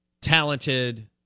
talented